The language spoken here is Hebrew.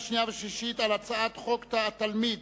על הצעת חוק זכויות התלמיד